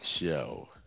show